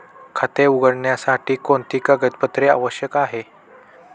खाते उघडण्यासाठी कोणती कागदपत्रे आवश्यक आहे?